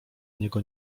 niego